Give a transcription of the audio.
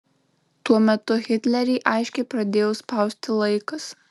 tuo metu hitlerį aiškiai pradėjo spausti laikas